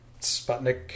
Sputnik